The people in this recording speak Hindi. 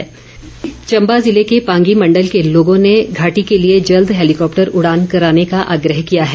मांग चम्बा ज़िले के पांगी मण्डल के लोगों ने घाटी के लिए जल्द हैलीकॉप्टर उड़ान कराने का आग्रह किया है